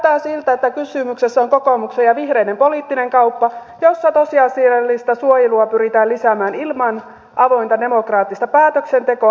näyttää siltä että kysymyksessä on kokoomuksen ja vihreiden poliittinen kauppa jossa tosiasiallista suojelua pyritään lisäämään ilman avointa demokraattista päätöksentekoa